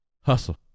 Hustle